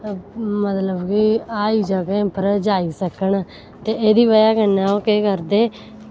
मतलब कि हाई जगह पर जाई सकन ते एह्दी बजह कन्नै ओह् केह् करदे